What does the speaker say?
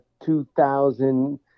2000